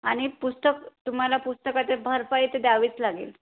आणि पुस्तक तुम्हाला पुस्तकाची भरपाई तर द्यावीच लागेल